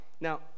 Now